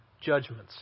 judgments